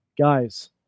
guys